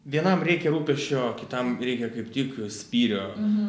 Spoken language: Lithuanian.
vienam reikia rūpesčio kitam reikia kaip tik spyrio